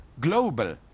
global